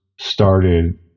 Started